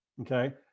okay